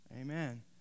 Amen